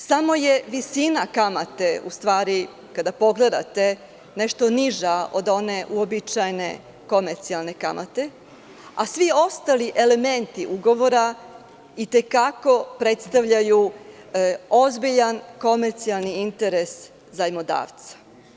Samo je visina kamate u stvari kada pogledate nešto niža od one uobičajene komercijalne kamate, a svi ostali elementi ugovora i te kako predstavljaju ozbiljan komercijalni interes zajmodavca.